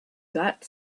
that